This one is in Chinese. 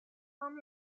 方面